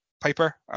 Piper